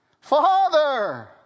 Father